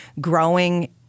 growing